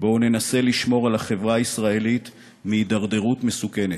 בואו ננסה לשמור על החברה הישראלית מהתדרדרות מסוכנת.